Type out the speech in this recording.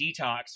detox